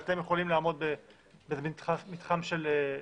ואתם יכולים לעמוד במתחם של שינוי.